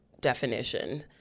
definition